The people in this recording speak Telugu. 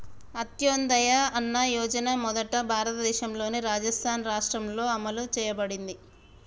అంత్యోదయ అన్న యోజన మొదట భారతదేశంలోని రాజస్థాన్ రాష్ట్రంలో అమలు చేయబడింది